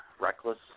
reckless